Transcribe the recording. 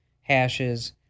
hashes